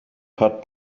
hat